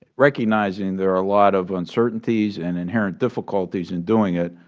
recognizing there are a lot of uncertainties and inherent difficulties in doing it,